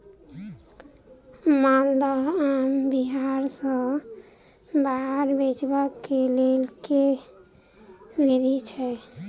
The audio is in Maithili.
माल्दह आम बिहार सऽ बाहर बेचबाक केँ लेल केँ विधि छैय?